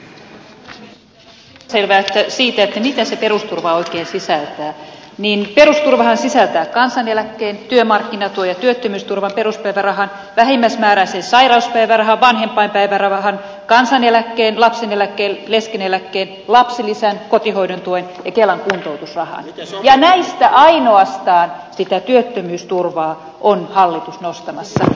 kun täällä nyt on epäselvää siitä mitä se perusturva oikein sisältää niin perusturvahan sisältää kansaneläkkeen työmarkkinatuen ja työttömyysturvan peruspäivärahan vähimmäismääräisen sairauspäivärahan vanhempainpäivärahan kansaneläkkeen lapseneläkkeen leskeneläkkeen lapsilisän kotihoidon tuen ja kelan kuntoutusrahan ja näistä ainoastaan sitä työttömyysturvaa hallitus on nostamassa